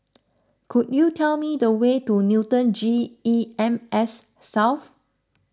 could you tell me the way to Newton G E M S South